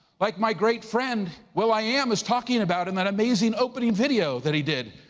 like my great friend, will i am, was talking about in thatamazing opening video that he did.